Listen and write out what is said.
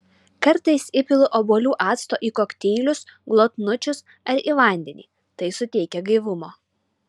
kartais įpilu obuolių acto į kokteilius glotnučius ar į vandenį tai suteikia gaivumo